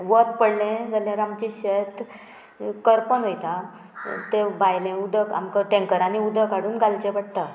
वत पडलें जाल्यार आमचें शेत करपन वयता तें भायलें उदक आमकां टेंकरांनी उदक हाडून घालचें पडटा